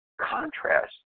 contrast